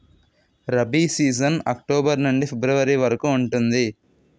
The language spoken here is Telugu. రబీ సీజన్ అక్టోబర్ నుండి ఫిబ్రవరి వరకు ఉంటుంది